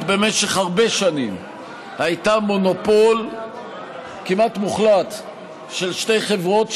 במשך הרבה שנים הייתה מונופול כמעט מוחלט של שתי חברות,